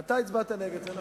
אתה הצבעת נגד, זה נכון.